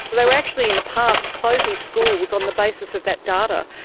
they were actually in the past closing schools on the basis of that data,